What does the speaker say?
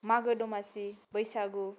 मागो दमासि बैसागु